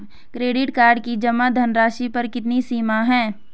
Credit card की जमा धनराशि पर कितनी सीमा है?